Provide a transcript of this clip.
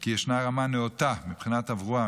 כי ישנה רמה נאותה מבחינת תברואה,